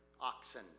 oxen